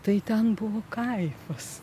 tai ten buvo kaifas